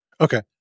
Okay